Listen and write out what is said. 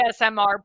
ASMR